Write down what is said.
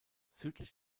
südlich